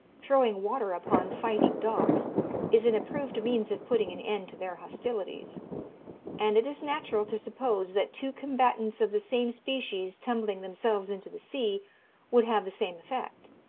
throwing water upon fighting dogs is an approved means of putting an end to their hostilities and it is natural to suppose that two combatants of the same species tumbling themselves into the sea would have the same effect.